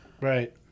Right